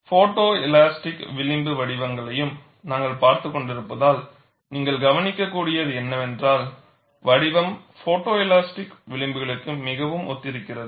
photoelastic விளிம்பு வடிவங்களையும் நாங்கள் பார்த்துக் கொண்டிருப்பதால் நீங்கள் கவனிக்கக்கூடியது என்னவென்றால் வடிவம் போட்டோஎலாஸ்டிக் விளிம்புகளுக்கு மிகவும் ஒத்திருக்கிறது